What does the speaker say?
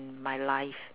in my life